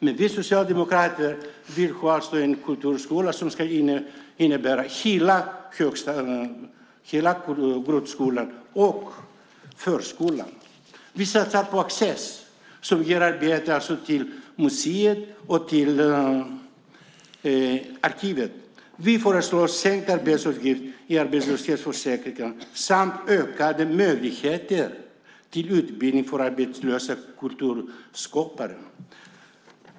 Men vi socialdemokrater vill ha en kulturskola som omfattar hela grundskolan och förskolan. Vi satsar på Access. Det ger arbeten på museer och arkiv. Vi föreslår sänkt avgift i arbetslöshetsförsäkringen samt ökade möjligheter till utbildning för arbetslösa kulturskapare.